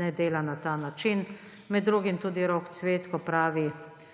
ne dela na ta način. Med drugim tudi Rok Cvetko pravi,